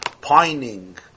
Pining